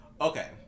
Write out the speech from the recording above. okay